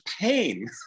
pain